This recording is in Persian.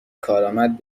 کارآمد